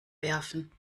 werfen